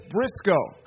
Briscoe